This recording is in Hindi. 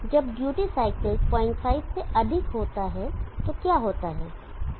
तो जब ड्यूटी साइकिल 05 duty cycle 05 से अधिक है तो क्या होता है